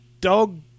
dog